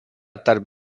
tarp